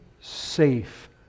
safe